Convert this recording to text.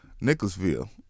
Nicholasville